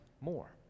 more